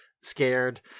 scared